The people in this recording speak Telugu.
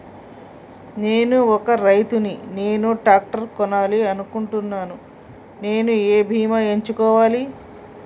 నేను ఒక రైతు ని నేను ట్రాక్టర్ కొనాలి అనుకుంటున్నాను నేను ఏ బీమా ఎంచుకోవాలి?